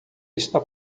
está